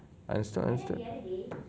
understood understood